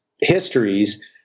histories